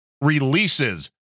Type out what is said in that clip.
releases